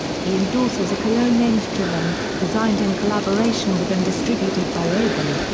he endorses a cologne named driven, designed in collaboration with and distributed by avon.